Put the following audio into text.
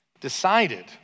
decided